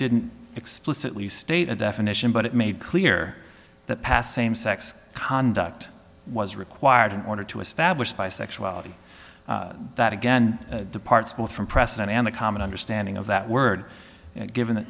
didn't explicitly state a definition but it made clear that past same sex conduct was required in order to establish bisexuality that again departs both from precedent and the common understanding of that word given